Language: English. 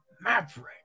Maverick